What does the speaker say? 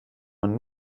man